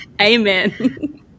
Amen